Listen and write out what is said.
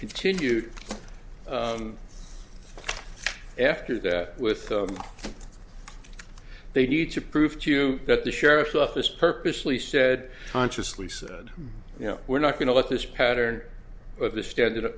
continued after that with they need to prove to you that the sheriff's office purposely said consciously said you know we're not going to let this pattern of this standard